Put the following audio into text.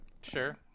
sure